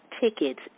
tickets